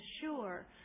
sure